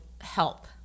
help